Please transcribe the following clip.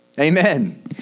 Amen